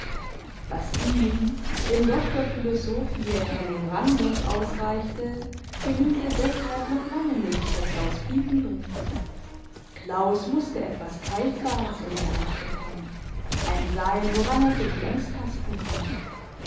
was ihm dem doktor philosophiae henning randers ausreichte genügte deshalb noch lange nicht für claus piepenbrink claus musste etwas greifbares in die hand bekommen ein seil woran er sich längs tasten konnte